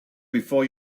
before